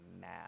mad